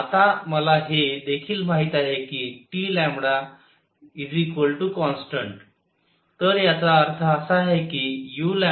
आता मला हे देखील माहित आहे की Tकॉन्स्टन्ट